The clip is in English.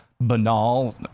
banal